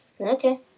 Okay